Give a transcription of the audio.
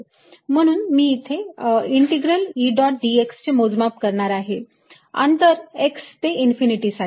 म्हणून मी इथे इंटिग्रल E डॉट dx चे मोजमाप करणार आहे अंतर x ते इन्फिनिटी साठी